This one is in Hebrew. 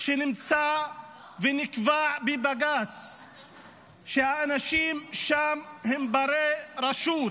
שנמצא ונקבע בבג"ץ שהאנשים שם הם בני רשות,